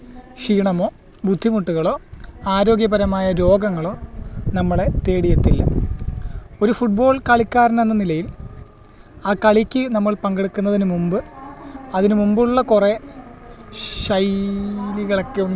ക്ഷീണമോ ബുദ്ധിമുട്ടുകളോ ആരോഗ്യപരമായ രോഗങ്ങളോ നമ്മളെ തേടിയെത്തില്ല ഒരു ഫുട്ബോള് കളിക്കാരനെന്ന നിലയില് ആ കളിക്ക് നമ്മള് പങ്കെടുക്കുന്നതിനുമുമ്പ് അതിന് മുമ്പുള്ള കുറേ ശൈലികളൊക്കെയുണ്ട്